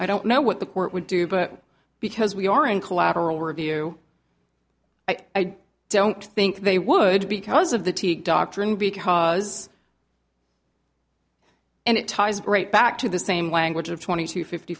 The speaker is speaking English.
i don't know what the court would do but because we are in collateral review i don't think they would because of the t doctrine because and it ties break back to the same language of twenty two fifty